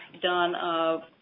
done